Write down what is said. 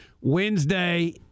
Wednesday